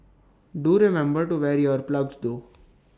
do remember to wear ear plugs though